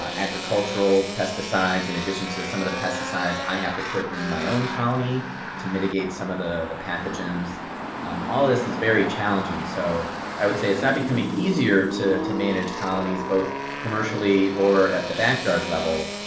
ah agricultural pesticides, in addition to some of the pesticides i have to put in my own colony to mitigate some of the the pathogens um all this is very challenging. so i would say it's not becoming easier to to manage colonies, both commercially or at the backyard level,